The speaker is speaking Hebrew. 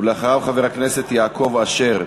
ואחריו, חבר הכנסת יעקב אשר.